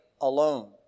alone